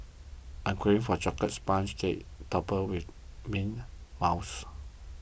I am craving for a Chocolate Sponge Cake Topped with Mint Mousse